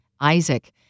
Isaac